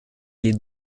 les